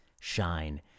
shine